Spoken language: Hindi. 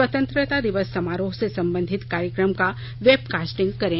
स्वतंत्रता दिवस समारोह से संबंधित कार्यक्रम का वेबकास्टिंग करें